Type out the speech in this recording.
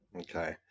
Okay